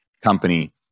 company